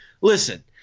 Listen